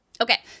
Okay